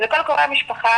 לכל קרובי המשפחה,